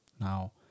Now